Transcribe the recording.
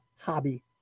hobby